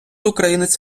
українець